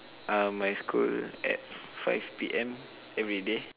uh my school at five P M everyday